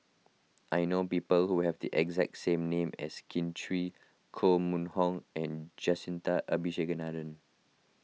I know people who have the exact name as Kin Chui Koh Mun Hong and Jacintha Abisheganaden